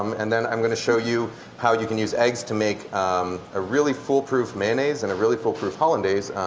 um and then i'm going to show you how you can use eggs to make a really foolproof mayonnaise and a really fool proof hollandaise,